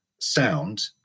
sound